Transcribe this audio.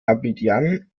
abidjan